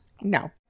No